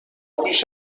بیش